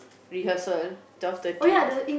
rehearsal twelve thirty